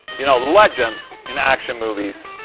you know, legend in action movies,